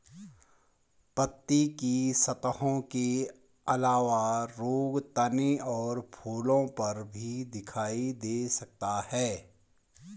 पत्ती की सतहों के अलावा रोग तने और फूलों पर भी दिखाई दे सकता है